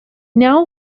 now